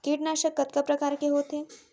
कीटनाशक कतका प्रकार के होथे?